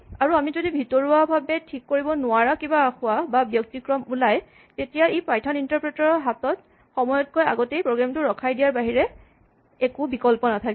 আৰু আমি যদি ভিতৰোৱা ভাৱে ঠিক কৰিব নোৱাৰা কিবা আসোঁৱাহ বা ব্যতিক্ৰম ওলাই তেতিয়া পাইথন ইন্টাৰপ্ৰেটৰ ৰ হাতত সময়তকৈ আগতেই প্ৰগ্ৰেম টো ৰখাই দিয়াৰ বাহিৰে একো বিকল্প নাথাকিব